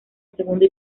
segundo